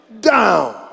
down